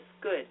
good